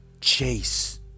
Chase